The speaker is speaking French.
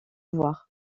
voir